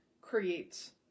creates